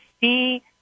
See